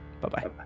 Bye-bye